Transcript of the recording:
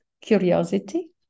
curiosity